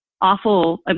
awful